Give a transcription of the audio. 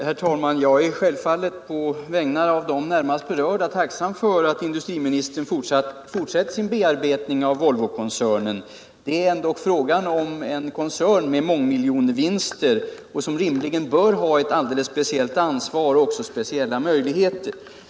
Herr talman! Jag är självfallet på de närmast berördas vägnar tacksam för att industriministern fortsätter sin bearbetning av Volvokoncernen. Det är ändock fråga om en koncern med mångmiljonvinster, en koncern som rimligen bör ha ett alldeles speciellt ansvar och även speciella möjligheter.